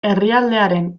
herrialdearen